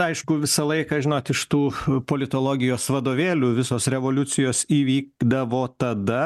aišku visą laiką žinot iš tų politologijos vadovėlių visos revoliucijos įvykdavo tada